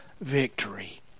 victory